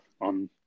on